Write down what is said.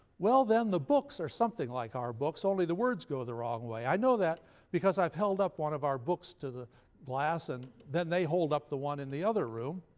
well then the books are something like our books, only the words go the wrong way. i know that because i've held up one of our books to the glass, and then they hold up the one in the other room,